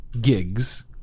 gigs